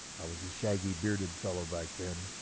i was a shaggy, bearded fellow back then,